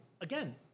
again